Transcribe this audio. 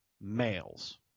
males